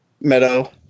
meadow